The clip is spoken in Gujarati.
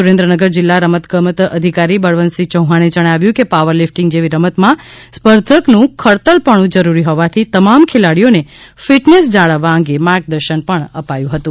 સુરેન્દ્રનગર જીલ્લા રમતગમત અધિકારી બળવતસિંહ ચૌહાણે જણાવ્યુ છે કે પાવર લિફટીંગ જેવી રમતમાં સ્પર્ધકનુ ખડતલપણું જરૂરી હોવાથી તમામ ખેલાડીઓને ફીટનેસ જાળવવા અંગે માર્ગદર્શન પણ અપાયુ હતુ